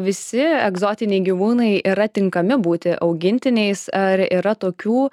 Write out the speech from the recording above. visi egzotiniai gyvūnai yra tinkami būti augintiniais ar yra tokių